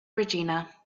regina